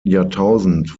jahrtausend